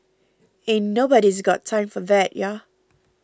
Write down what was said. ain't nobody's got time for that ya